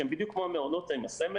ודאי שהם שבדיוק כמו המעונות עם הסמל,